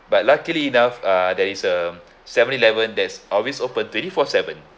but luckily enough uh there is um seven eleven that's always open twenty four seven